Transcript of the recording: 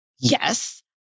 yes